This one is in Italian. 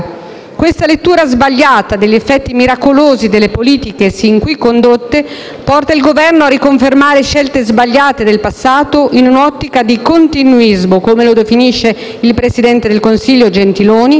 Questa lettura sbagliata degli effetti miracolosi delle politiche sin qui condotte porta il Governo a riconfermare scelte sbagliate del passato, in un'ottica di "continuismo", come la definisce il presidente del Consiglio Gentiloni